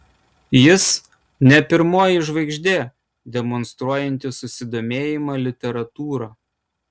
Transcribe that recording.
jis ne pirmoji žvaigždė demonstruojanti susidomėjimą literatūra